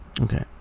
Okay